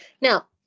Now